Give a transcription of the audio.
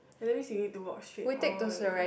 and that means you need to walk straight all the way there